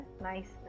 nice